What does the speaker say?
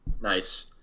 Nice